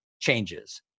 changes